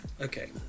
Okay